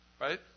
Right